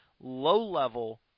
low-level